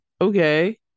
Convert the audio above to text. okay